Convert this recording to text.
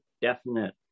definite